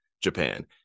Japan